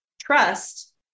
trust